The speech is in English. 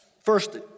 First